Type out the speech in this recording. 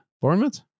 Bournemouth